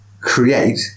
create